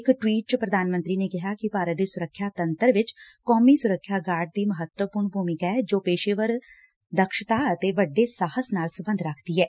ਇਕ ਟਵੀਟ ਚ ਪ੍ਰਧਾਨ ਮੰਤਰੀ ਨੇ ਕਿਹਾ ਕਿ ਭਾਰਤ ਦੇ ਸੁਰੱਖਿਆ ਤੰਤਰ ਵਿਚ ਕੌਮੀ ਸੁਰੱਖਿਆ ਗਾਰਡ ਦੀ ਮਹੱਤਵਪੂਰਨ ਭੂਮਿਕਾ ਐ ਜੋ ਪੇਸ਼ੇਵਰ ਦਕਸ਼ਤਾ ਅਤੇ ਵੱਡੇ ਸਾਹਸ ਨਾਲ ਸਬੰਧ ਰੱਖਦੀ ਐ